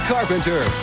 Carpenter